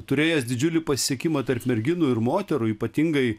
turėjęs didžiulį pasisekimą tarp merginų ir moterų ypatingai